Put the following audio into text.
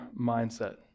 mindset